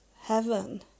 heaven